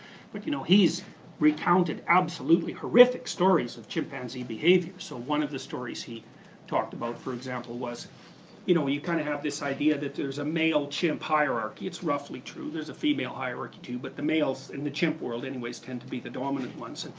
but you know, he's recounted absolutely horrific stories about chimpanzee behavior. so one of the stories he talked about, for example, was you know you kind of have this idea that there's a male chimp hierarchy. it's roughly true there's a female hierarchy too, but the males in the chimp world anyways, tend to be the dominant ones.